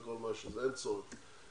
אין צורך,